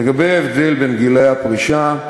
לגבי ההבדל בין גילי הפרישה,